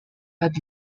had